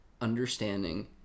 understanding